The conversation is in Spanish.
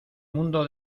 mundo